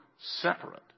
separate